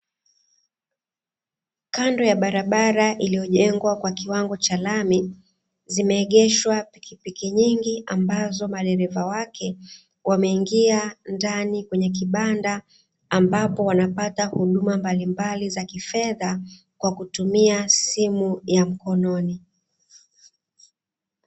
Kando ya barabara iliyojengwa kwa kiwango cha lami, zimeegeshwa pikipiki nyingi ambazo madereva wake wameingia ndani kwenye kibanda, ambapo wanapata huduma mbalimbali za kifedha kwa kutumia simu ya mkononi.